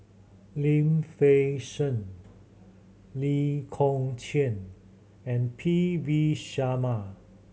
Lim Fei Shen Lee Kong Chian and P V Sharma